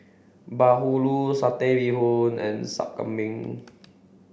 Bahulu Satay Bee Hoon and Sup Kambing